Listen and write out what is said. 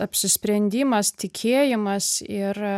apsisprendimas tikėjimas ir